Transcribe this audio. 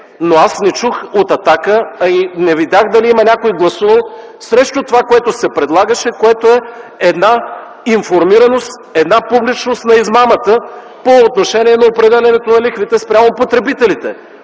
но аз не чух от „Атака”, а и не видях дали има някой гласувал срещу това, което се предлагаше, което е една информираност, една публичност на измамата по отношение на определянето на лихвите спрямо потребителите.